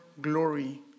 glory